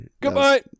Goodbye